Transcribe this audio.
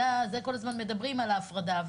זה כל הזמן מדברים על ההפרדה.